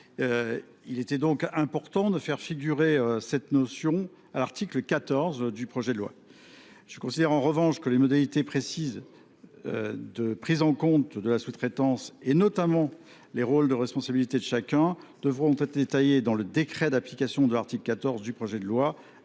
Il était donc important de faire figurer cette notion à l’article 14 du projet de loi. Je considère en revanche que les modalités précises de prise en compte de la sous traitance, notamment les rôles et responsabilités de chacun, devront être détaillées dans le décret d’application de l’article 14 du projet de loi,